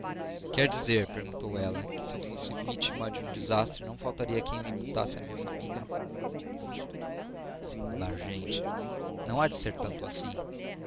quer dizer perguntou ela que se eu fosse vítima de um desastre não faltaria quem o imputasse à minha família justo singular gente não há de ser tanto assim